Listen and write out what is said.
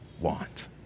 want